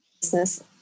business